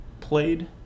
played